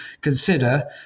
consider